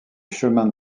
chemins